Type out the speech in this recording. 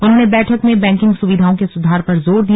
उन्होंने बैठक में बैंकिंग सुविधाओं के सुधार पर जोर दिया